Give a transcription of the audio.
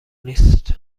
نیست